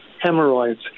hemorrhoids